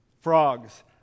frogs